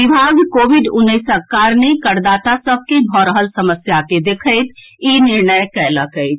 विभाग कोविड उन्नैसक कारणे करदाता सभ के भऽ रहल समस्या के देखैत ई निर्णय कएलक अछि